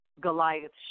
Goliath